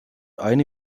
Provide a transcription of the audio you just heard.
eine